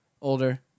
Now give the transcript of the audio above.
older